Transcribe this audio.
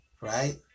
right